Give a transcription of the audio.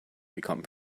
become